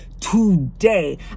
today